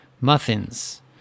muffins